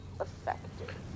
effective